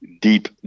deep